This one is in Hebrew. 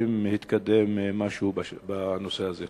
האם התקדם משהו בנושא הזה?